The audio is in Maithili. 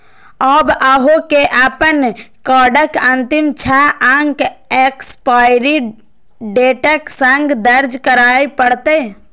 आब अहां के अपन कार्डक अंतिम छह अंक एक्सपायरी डेटक संग दर्ज करय पड़त